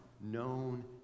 known